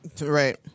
right